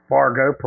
Fargo